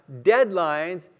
deadlines